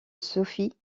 sophie